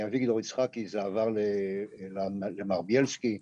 מאביגדור יצחקי זה עבר לזאב ביילסקי,